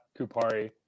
Kupari